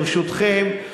ברשותכם,